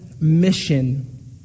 mission